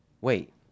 wait